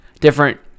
different